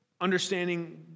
understanding